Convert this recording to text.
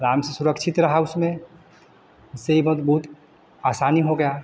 अराम से सुरक्षित रहा उसमें इससे ई मत बहुत आसानी हो गया